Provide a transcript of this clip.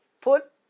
Put